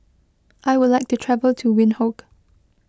I would like to travel to Windhoek